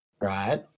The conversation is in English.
right